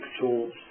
tools